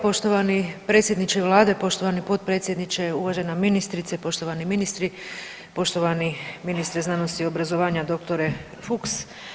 Poštovani predsjedniče Vlade, poštovani potpredsjedniče, uvažena ministrice, poštovani ministre, poštovani ministre znanosti i obrazovanja dr. Fuchs.